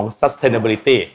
sustainability